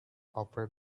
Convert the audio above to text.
afraid